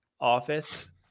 office